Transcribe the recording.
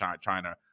China